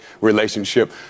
relationship